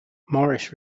morris